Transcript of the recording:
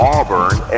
Auburn